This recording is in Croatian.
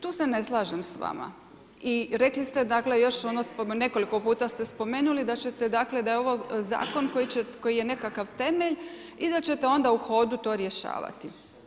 Tu se ne slažem s vama i rekli dakle, još nekoliko puta ste spomenuli da ćete dakle, da je ovo zakon koji je nekakav temelj i da ćete onda u hodu to rješavati.